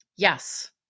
Yes